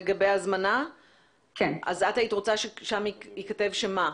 מה היית רוצה שייכתב שם?